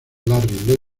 larry